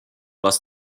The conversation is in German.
was